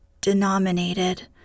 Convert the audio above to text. denominated